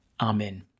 Amen